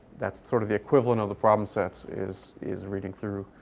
that's sort of the equivalent of the problem sets is is reading through